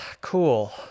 cool